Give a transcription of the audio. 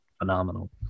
phenomenal